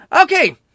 Okay